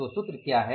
तो सूत्र क्या है